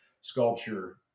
sculpture